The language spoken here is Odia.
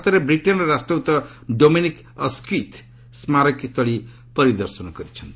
ଭାରତରେ ବ୍ରିଟେନ୍ର ରାଷ୍ଟ୍ରଦୂତ ଡୋମିନିକ୍ ଅସ୍କ୍ୱିଥ୍ ସ୍କାରକୀ ସ୍ଥଳୀ ପରିଦର୍ଶନ କରିଛନ୍ତି